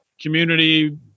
community